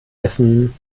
essen